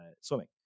swimming